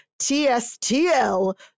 TSTL